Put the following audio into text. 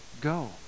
go